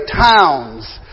towns